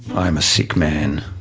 i'm a sick man.